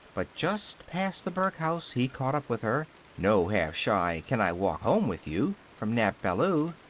but just past the burke house he caught up with her. no half-shy can i walk home with you? from nap ballou.